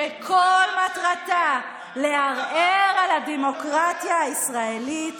שכל מטרתה לערער על הדמוקרטיה הישראלית